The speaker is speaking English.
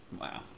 Wow